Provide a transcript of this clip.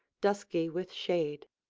dusky with shade.